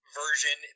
version